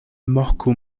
moku